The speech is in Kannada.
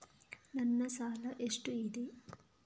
ನನ್ನ ಸಾಲ ಎಷ್ಟು ಇದೆ?